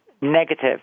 negative